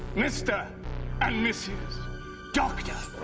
mr and mrs doctor!